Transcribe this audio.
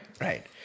right